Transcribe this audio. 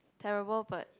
terrible but